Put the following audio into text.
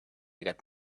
got